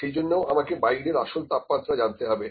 সেইজন্যে আমাকে বাইরের আসল তাপমাত্রা জানতে হবে